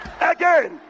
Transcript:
Again